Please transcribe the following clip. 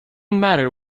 matter